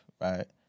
right